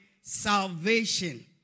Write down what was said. salvation